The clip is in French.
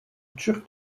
turque